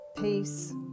peace